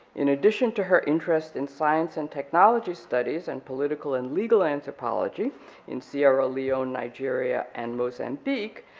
in addition to her interest in science and technology studies, and political and legal anthropology in sierra leone, nigeria, and mozambique,